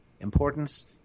importance